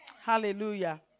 Hallelujah